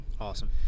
awesome